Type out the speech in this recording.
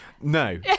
No